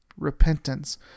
repentance